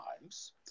Times